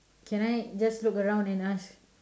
can I just look around and ask